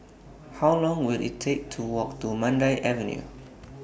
How Long Will IT Take to Walk to Mandai Avenue